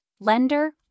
lender